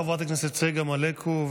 חברת הכנסת צגה מלקו.